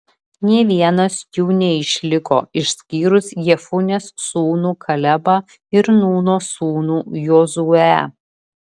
nė vienas jų neišliko išskyrus jefunės sūnų kalebą ir nūno sūnų jozuę